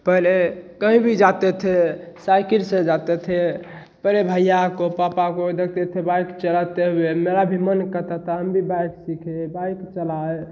पहले कहीं भी जाते थे साइकिल से जाते थे पहले भैया को पापा को देखते थे बाइक चलाते हुए मेरा भी मन करता था हम भी बाइक सीखें बाइक चलाएं